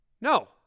no